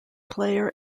player